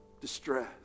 distress